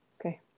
Okay